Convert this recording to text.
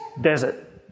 desert